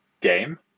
game